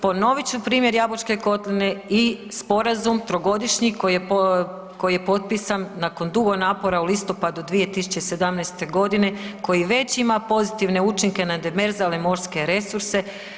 Ponovit ću primjer Jabučke kotline i sporazum trogodišnji koji je potpisan nakon dugo napora u listopadu 2017. godine koji već ima pozitivne učinke na demerzalne morske resurse.